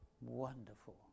Wonderful